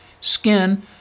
skin